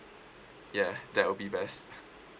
ya that will be best